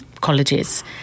colleges